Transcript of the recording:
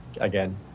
again